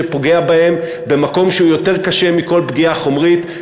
שפוגע בהם במקום שהוא יותר קשה מכל פגיעה חומרית,